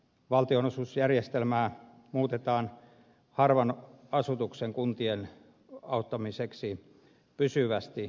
valtionosuusjärjestelmää muutetaan harvan asutuksen kun tien auttamiseksi pysyvästi